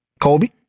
Kobe